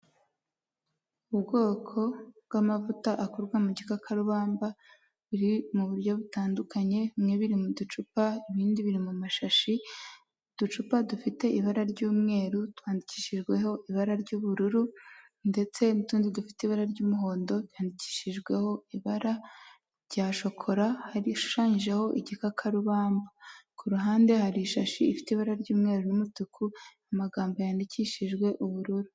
Ubwoko bw'amavuta akorwa mu gikakarubamba, biri mu buryo butandukanye. Bimwe biri mu ducupa, ibindi biri mu mashashi. Uducupa dufite ibara ry'umweru twandikishijweho ibara ry'ubururu, ndetse n'utundi dufite ibara ry'umuhondo byandikishijweho ibara rya shokora, hashushanyijeho igikakarubamba, Ku ruhande hari ishashi ifite ibara ry'umweru n'umutuku, amagambo yandikishijwe ubururu.